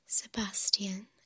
Sebastian